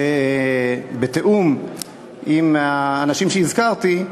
בתיאום עם האנשים שהזכרתי,